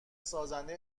سازنده